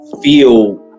feel